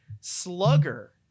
Slugger